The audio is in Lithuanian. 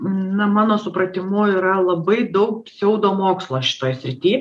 na mano supratimu yra labai daug pseudomokslo šitoj srity